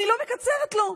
אני לא מקצרת לו.